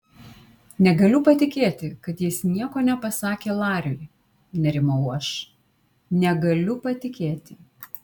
negaliu patikėti kad jis nieko nepasakė lariui nerimau aš negaliu patikėti